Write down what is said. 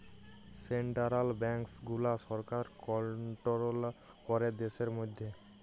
central banks গুলা সরকার control ক্যরে দ্যাশের ম্যধে